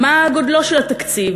מה גודלו של התקציב.